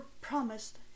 promised